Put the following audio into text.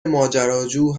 ماجراجو